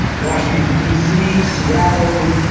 washington, d c, seattle,